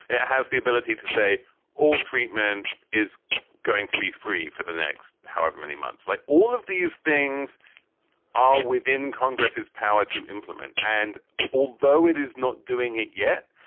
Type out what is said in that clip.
it it has the ability to say all treatment is going to be free for the next however many months, like all of these things are within congress's power to implement. and although it is not doing it yet.